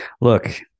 Look